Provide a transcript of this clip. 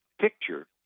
picture